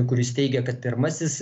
kuris teigė kad pirmasis